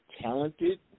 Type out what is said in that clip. talented